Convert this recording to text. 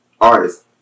artist